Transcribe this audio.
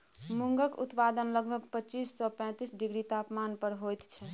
मूंगक उत्पादन लगभग पच्चीस सँ पैतीस डिग्री तापमान पर होइत छै